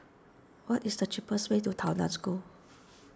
what is the cheapest way to Tao Nan School